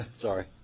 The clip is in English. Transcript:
Sorry